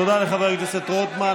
תודה לחבר הכנסת רוטמן.